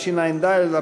14),